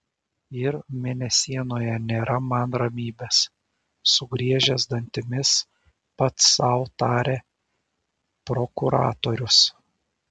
ir mėnesienoje nėra man ramybės sugriežęs dantimis pats sau tarė prokuratorius